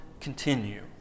continue